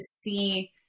see